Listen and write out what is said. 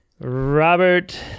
Robert